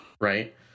Right